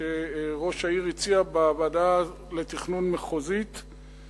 שראש העיר הציע בוועדה המחוזית לתכנון.